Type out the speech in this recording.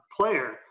player